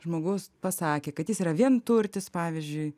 žmogus pasakė kad jis yra vienturtis pavyzdžiui